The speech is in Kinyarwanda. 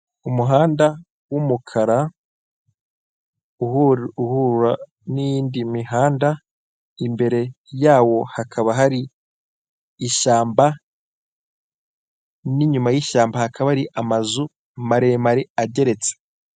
Umuhanda w'umukara uhura n'indi mihanda, imbere yawo hakaba hari ishyamba n'inyuma y'ishyamba hakaba hari amazu maremare ageretse.